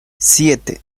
siete